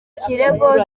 kirego